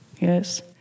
yes